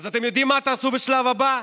אז אתם יודעים מה תעשו בשלב הבא?